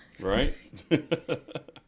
Right